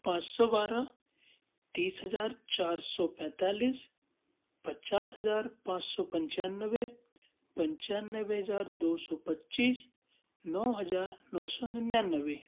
पाँच सौ बारह तीस हज़ार चार सौ पैंतालिस पचास हज़ार पाँच सौ पंचानवे पंचानवे हज़ार दो सौ पच्चीस नौ हज़ार नौ सौ निन्यानवे